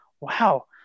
wow